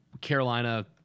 Carolina